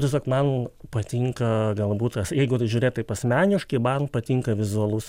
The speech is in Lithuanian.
tiesiog man patinka galbūt aš jeigu tai žiūrėt taip asmeniškai man patinka vizualus